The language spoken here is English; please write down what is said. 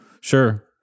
Sure